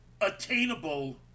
attainable